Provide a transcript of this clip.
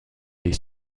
les